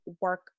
work